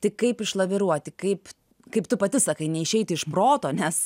tai kaip išlaviruoti kaip kaip tu pati sakai neišeiti iš proto nes